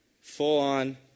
full-on